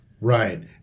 Right